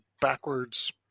backwards